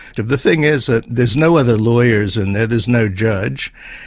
but the thing is that there's no other lawyers in there, there's no judge,